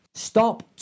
Stop